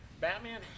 Batman